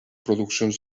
produccions